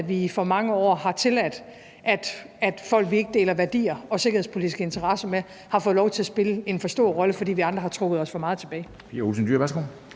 at vi i for mange år har tilladt, at folk, vi ikke deler værdier og sikkerhedspolitiske interesser med, har fået lov til at spille en for stor rolle, fordi vi andre har trukket os for meget tilbage.